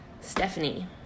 Stephanie